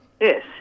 Yes